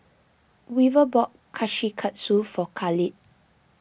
Weaver bought Kushikatsu for Kahlil